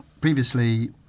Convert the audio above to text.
previously